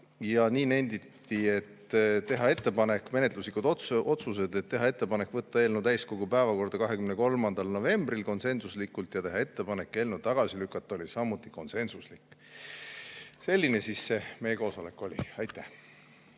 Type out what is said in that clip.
Nii nenditi. Ja tehti järgmised menetluslikud otsused: teha ettepanek võtta eelnõu täiskogu päevakorda 23. novembriks (konsensuslikult) ja teha ettepanek eelnõu tagasi lükata (samuti konsensuslikult). Selline see meie koosolek oli. Aitäh!